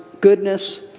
goodness